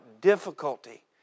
difficulty